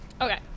Okay